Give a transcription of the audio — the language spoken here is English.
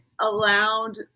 allowed